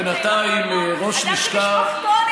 בינתיים ראש לשכה,